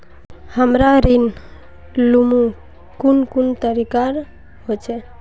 हमरा ऋण लुमू कुन कुन तरीका होचे?